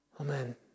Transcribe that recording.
Amen